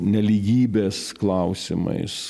nelygybės klausimais